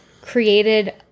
created